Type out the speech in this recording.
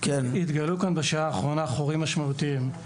התגלו כאן, בשעה האחרונה, חורים משמעותיים.